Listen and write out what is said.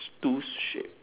two sheep